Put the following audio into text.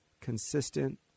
consistent